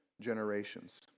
generations